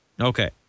Okay